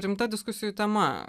rimta diskusijų tema